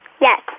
Yes